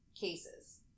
cases